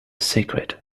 secret